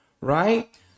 right